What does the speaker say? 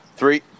Three